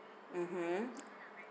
mmhmm